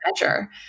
measure